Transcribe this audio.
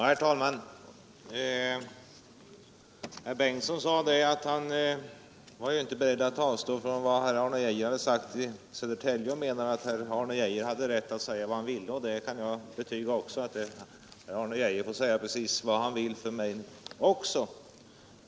Herr talman! Herr Bengtsson var inte beredd att ta avstånd från vad herr Arne Geijer sagt i Södertälje utan menade att herr Geijer hade rätt att säga vad han ville. Jag kan betyga att han får säga precis vad han vill för mig också.